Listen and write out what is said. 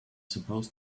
supposed